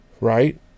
Right